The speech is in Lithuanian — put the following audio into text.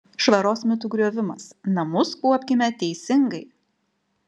švaros mitų griovimas namus kuopkime teisingai